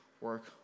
work